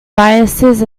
biases